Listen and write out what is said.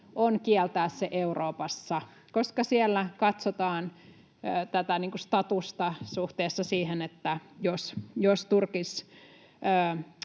on kieltää se Euroopassa, koska siellä katsotaan tätä statusta suhteessa siihen, että jos